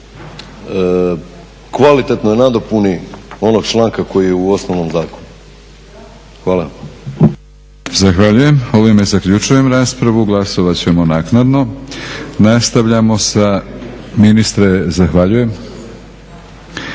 kvalitetnoj nadopuni onog članka koji je u osnovnom zakonu. Hvala.